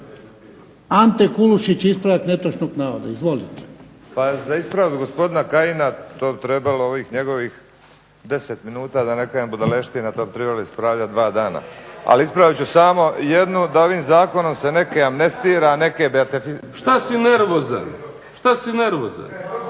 Ante Kulušić, ispravak netočnog navoda, izvolite. **Kulušić, Ante (HDZ)** Za ispravak gospodina Kajina to bi trebalo ovih njegovih 10 minuta da ne kažem budalaštine, to bi trebalo ispravljat dva dana. Ali ispravit ću samo jednu, da ovim zakonom se neke amnestira, neke beatificira. … /Upadica Kajin: Šta si nervozan?/…